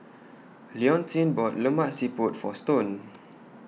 Leontine bought Lemak Siput For Stone